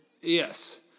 Yes